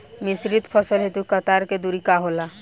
मिश्रित फसल हेतु कतार के दूरी का होला?